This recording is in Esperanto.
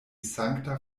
sankta